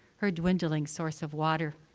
her dwindling source of water?